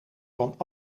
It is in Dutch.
van